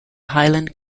highland